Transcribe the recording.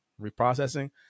reprocessing